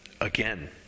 again